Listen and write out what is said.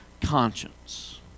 conscience